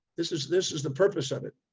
this is, this is the purpose of it.